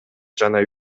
жана